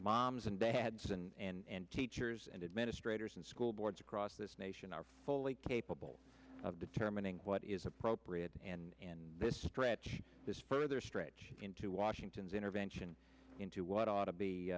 moms and dads and teachers and administrators and school boards across this nation are fully capable of determining what is appropriate and this stretch this further stretch into washington's intervention into what ought to be